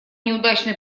неудачной